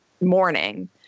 morning